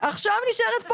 עכשיו נשארת פה.